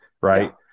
right